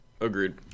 Agreed